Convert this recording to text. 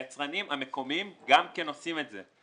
היצרנים המקומיים גם כן עושים את זה,